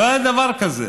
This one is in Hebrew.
לא היה דבר כזה.